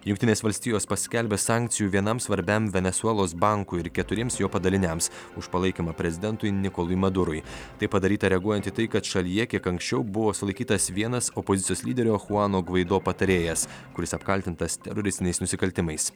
jungtinės valstijos paskelbė sankcijų vienam svarbiam venesuelos bankui ir keturiems jo padaliniams už palaikymą prezidentui nikolui madurui tai padaryta reaguojant į tai kad šalyje kiek anksčiau buvo sulaikytas vienas opozicijos lyderio chuano gvaido patarėjas kuris apkaltintas teroristiniais nusikaltimais